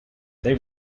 they